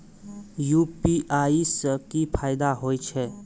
UPI से की फायदा हो छे?